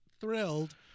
thrilled